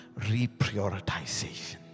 reprioritization